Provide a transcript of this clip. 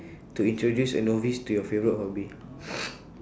to introduce a novice to your favourite hobby